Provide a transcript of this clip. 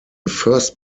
first